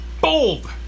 Bold